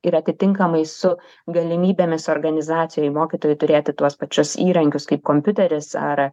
ir atitinkamai su galimybėmis organizacijoj mokytojui turėti tuos pačius įrankius kaip kompiuteris ar